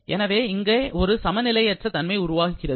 எனவே இங்கே ஒரு சமநிலையற்ற தன்மை உருவாகிறது